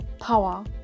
power